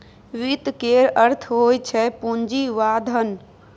वित्त केर अर्थ होइ छै पुंजी वा धन